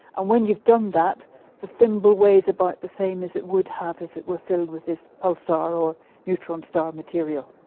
and when you've done that the thimble weighs about the same as it would have if it were filled with this pulsar or neutron star material.